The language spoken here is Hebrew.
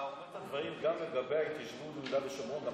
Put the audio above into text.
אתה אומר את הדברים גם לגבי ההתיישבות ביהודה ושומרון?